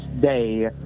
day